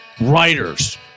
writers